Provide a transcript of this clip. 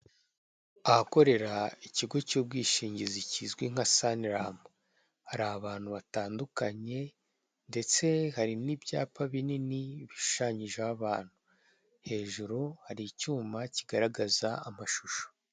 Ahakorera ikigo cy'ubwishingizi cyizwi nka sani ramu hari abantu batandukanye ndetse hari nibyapa binini bishushanyijeho abantu, hejuru hari icyuma cyigaragaza amashusho.